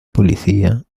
policía